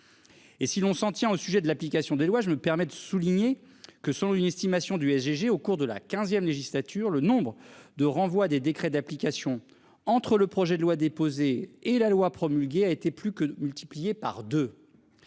Et si l'on s'en tient au sujet de l'application des lois. Je me permets de souligner que sans une estimation du FCG au cours de la XVe législature, le nombre de renvois des décrets d'application entre le projet de loi, déposée et la loi promulguée a été plus que multiplié par 2.